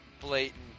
blatant